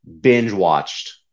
binge-watched